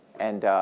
and